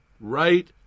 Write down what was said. right